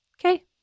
Okay